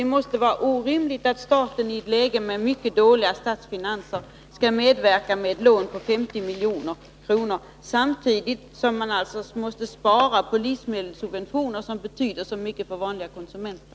Det är nämligen orimligt att staten, i ett läge med mycket dåliga statsfinanser, skall medverka med ett lån på 50 milj.kr., samtidigt som man alltså måste spara på livsmedelssubventioner som betyder så mycket för vanliga konsumenter.